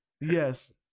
yes